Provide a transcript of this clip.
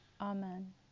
Amen